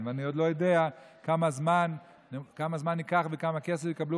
ואני עוד לא יודע כמה זמן זה ייקח וכמה כסף יקבלו